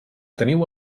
teniu